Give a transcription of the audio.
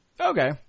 Okay